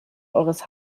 eures